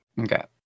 Okay